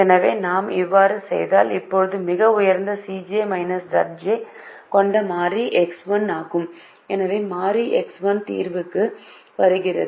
எனவே நாம் அவ்வாறு செய்தால் இப்போது மிக உயர்ந்த Cj Zj ஐக் கொண்ட மாறி X1 ஆகும் எனவே மாறி X1 தீர்வுக்கு வருகிறது